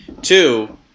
Two